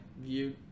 view